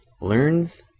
learns